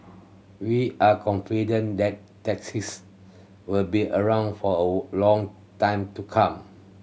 we are confident that taxis will be around for a long time to come